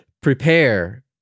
Prepare